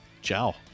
Ciao